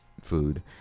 food